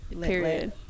period